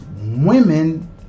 women